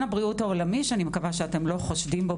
הבריאות העולמי שאני מקווה שאתם לא חושדים בו